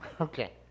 Okay